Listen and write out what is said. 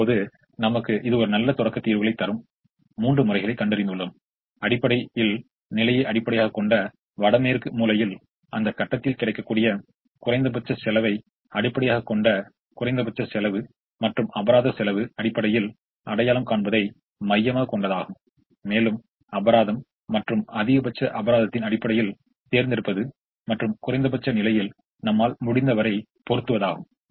இப்போது நமக்கு இது ஒரு நல்ல தொடக்கத் தீர்வுகளைத் தரும் மூன்று முறைகளைக் கண்டறிந்துள்ளோம் அடிப்படையில் நிலையை அடிப்படையாகக் கொண்ட வடமேற்கு மூலையில் அந்த கட்டத்தில் கிடைக்கக்கூடிய குறைந்தபட்ச செலவை அடிப்படையாகக் கொண்ட குறைந்தபட்ச செலவு மற்றும் அபராத செலவு அடிப்படையில் அடையாளம் காண்பதை மையமாகக் கொண்டதாகும் மேலும் அபராதம் மற்றும் அதிகபட்ச அபராதத்தின் அடிப்படையில் தேர்ந்தெடுப்பது மற்றும் குறைந்தபட்ச நிலையில் நம்மால் முடிந்தவரை பொறுத்த்துவதாகும்